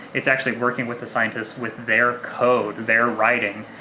it's actually working with the scientists with their code, their writing,